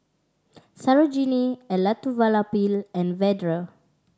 Sarojini Elattuvalapil and Vedre